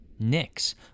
Nyx